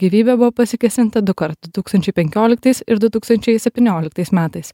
gyvybę buvo pasikėsinta dukart du tūkstančiai penkioliktais ir du tūkstančiai septynioliktais metais